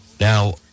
now